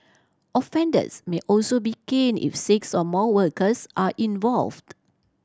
offenders may also be caned if six or more workers are involved